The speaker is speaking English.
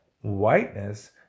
whiteness